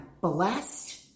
blessed